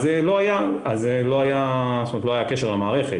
אז לא היה קשר למערכת.